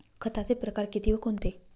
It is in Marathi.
खताचे प्रकार किती व कोणते?